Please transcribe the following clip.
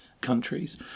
countries